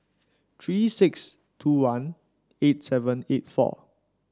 three six two one eight seven eight four